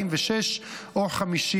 46 או 50,